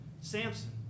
Samson